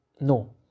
no